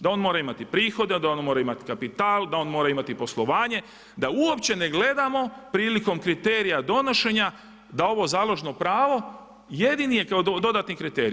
Da on mora imati prihode, da on mora imati kapital, da on mora imati poslovanje, da uopće ne gledamo prilikom kriterija donošenja, da ovo založno pravo jedini je kao dodatni kriterij.